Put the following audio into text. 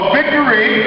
victory